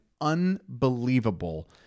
unbelievable